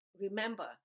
Remember